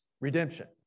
redemption